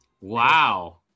Wow